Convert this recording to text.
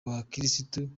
bakirisitu